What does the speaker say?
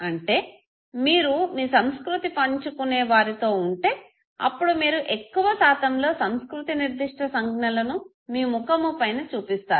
అంటే మీరు మీ సంస్కృతి పంచుకునే వారితో ఉంటే అప్పుడు మీరు ఎక్కువ శాతంలో సంస్కృతి నిర్దిష్ట సంజ్ఞలను మీ ముఖము పైన చూపిస్తారు